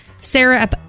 Sarah